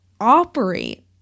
operate